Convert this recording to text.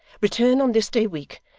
return on this day week,